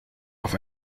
auf